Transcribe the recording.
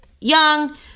young